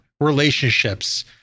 relationships